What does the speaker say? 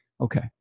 Okay